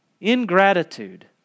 Ingratitude